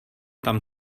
tam